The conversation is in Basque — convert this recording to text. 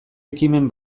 ekimen